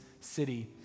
city